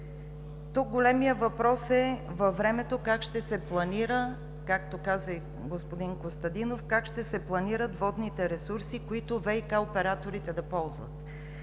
Тук големият въпрос е: във времето как ще се планират, както каза и господин Костадинов, водните ресурси, които ВиК операторите да ползват?